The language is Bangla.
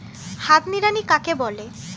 হাত নিড়ানি কাকে বলে?